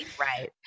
right